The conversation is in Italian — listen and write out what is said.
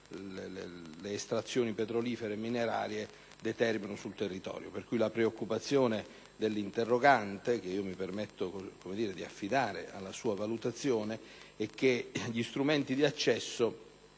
le estrazioni petrolifere e minerarie determinano sul territorio. Pertanto, la mia preoccupazione, che mi permetto di affidare alla sua valutazione, è che gli strumenti di accesso